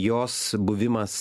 jos buvimas